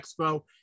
Expo